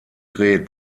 dreht